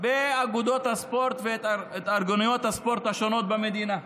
באגודות הספורט והתארגנויות הספורט השונות במדינה.